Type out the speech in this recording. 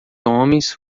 homens